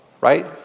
right